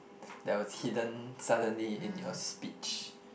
that was hidden suddenly in your speech